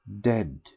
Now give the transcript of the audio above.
dead